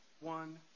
one